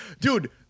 Dude